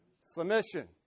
Submission